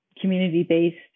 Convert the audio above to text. community-based